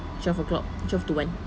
twelve o'clock twelve to one